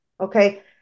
Okay